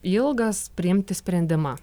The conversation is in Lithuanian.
ilgas priimti sprendimą